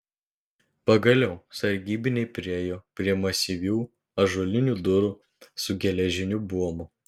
pagaliau sargybiniai priėjo prie masyvių ąžuolinių durų su geležiniu buomu